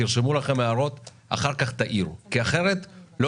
תרשמו לכם הערות ואחר כך תעירו כי אחרת לא